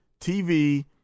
TV